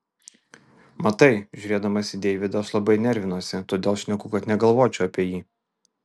matai žiūrėdamas į deividą aš labai nervinuosi todėl šneku kad negalvočiau apie jį